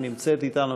שנמצאת אתנו,